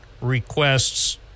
requests